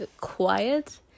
quiet